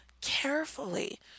carefully